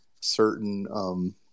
certain –